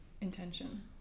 intention